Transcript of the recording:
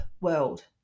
world